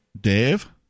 Dave